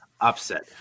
Upset